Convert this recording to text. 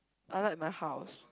I like my house